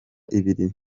ibiri